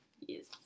Yes